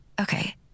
Okay